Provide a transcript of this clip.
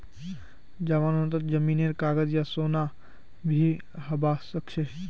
जमानतत जमीनेर कागज या सोना भी हबा सकछे